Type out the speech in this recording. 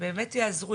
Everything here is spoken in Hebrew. שבאמת יעזרו.